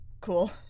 cool